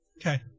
Okay